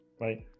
Right